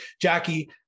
Jackie